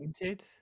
Painted